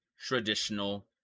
traditional